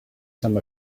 some